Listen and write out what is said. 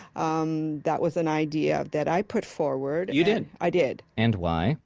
um that was an idea that i put forward you did? i did and why?